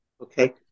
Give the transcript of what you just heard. Okay